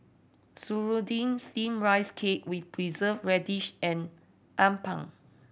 serunding Steamed Rice Cake with Preserved Radish and appam